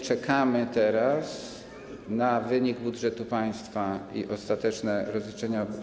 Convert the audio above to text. Czekamy teraz na wynik budżetu państwa i ostateczne rozliczenia.